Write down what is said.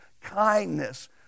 kindness